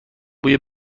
بوی